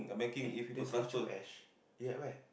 eh they say they at where